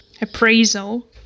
appraisal